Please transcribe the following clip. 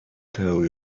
tell